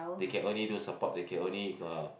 they can only do support they can only uh